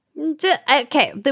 Okay